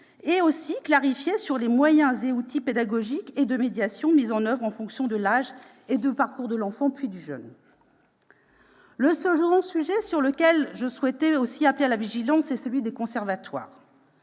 aussi clarifier les moyens et les outils pédagogiques et de médiation qui seront mis en oeuvre en fonction de l'âge et du parcours de l'enfant, puis du jeune. Le second sujet sur lequel je souhaitais appeler à la vigilance est celui des conservatoires.